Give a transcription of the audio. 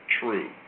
true